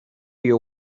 you